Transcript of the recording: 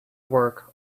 work